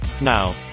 now